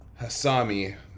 Hasami